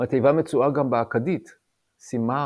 התיבה מצויה גם באכדית simānu,